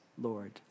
Lord